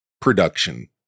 production